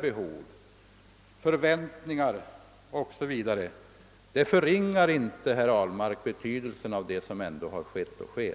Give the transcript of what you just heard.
behov, förväntningar o.s.v. förringar inte, herr Ahlmark, betydelsen av det som ändå skett och sker.